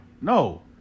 No